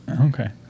Okay